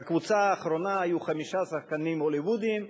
בקבוצה האחרונה היו חמישה שחקנים הוליוודיים צעירים,